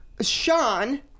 Sean